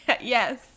Yes